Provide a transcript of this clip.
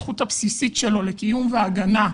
הזכות הבסיסית שלו לקיום והגנה,